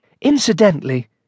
Incidentally